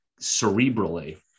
cerebrally